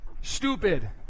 stupid